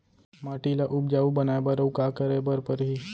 माटी ल उपजाऊ बनाए बर अऊ का करे बर परही?